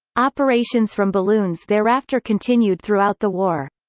operations from balloons thereafter continued throughout the war.